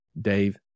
Dave